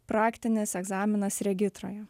praktinis egzaminas regitroje